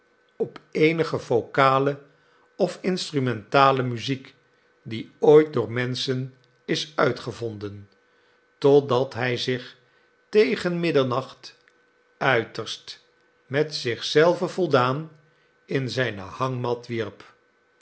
op eenige vocale of instrumentale muziek die ooit door menschen is uitgevonden totdat hij zich tegen middernacht uiterst met zich zelven voldaan in zijne hangmat wierp